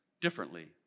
differently